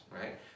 right